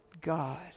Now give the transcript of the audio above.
God